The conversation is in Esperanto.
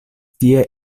tie